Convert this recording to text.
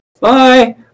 Bye